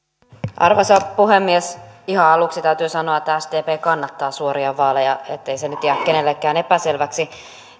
arvoisa puhemies ihan aluksi täytyy sanoa että sdp kannattaa suoria vaaleja ettei se nyt jää kenellekään epäselväksi